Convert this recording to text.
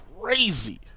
crazy